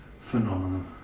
phenomenon